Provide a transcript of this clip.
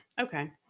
Okay